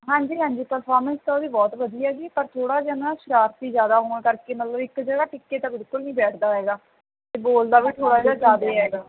ਹਾਂਜੀ ਹਾਂਜੀ ਪਰਫੋਰਮੈਂਸ ਤਾਂ ਉਹਦੀ ਬਹੁਤ ਵਧੀਆ ਜੀ ਪਰ ਥੋੜ੍ਹਾ ਜਿਹਾ ਨਾ ਸ਼ਰਾਰਤੀ ਜ਼ਿਆਦਾ ਹੋਣ ਕਰਕੇ ਮਤਲਬ ਇੱਕ ਜਗ੍ਹਾ ਟਿਕ ਕੇ ਤਾਂ ਬਿਲਕੁਲ ਨਹੀਂ ਬੈਠਦਾ ਹੈਗਾ ਬੋਲਦਾ ਵੀ ਥੋੜ੍ਹਾ ਜਿਹਾ ਜ਼ਿਆਦਾ ਹੈਗਾ